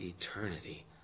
eternity